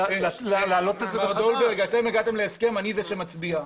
אני זה שמצביע.